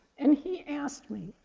and he asked me,